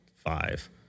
Five